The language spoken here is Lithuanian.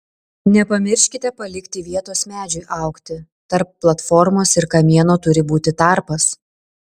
nepamirškite palikti vietos medžiui augti tarp platformos ir kamieno turi būti tarpas